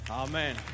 Amen